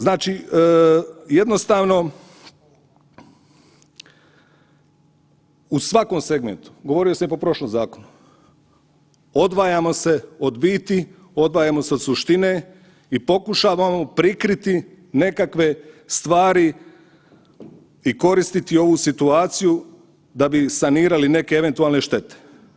Znači jednostavno, u svakom segmentu, govorio sam i po prošlom zakonu, odvajamo se od biti, odvajamo se od suštine i pokušavamo prikriti nekakve stvari i koristiti ovu situaciju da bi sanirali neke eventualne štete.